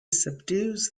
subdues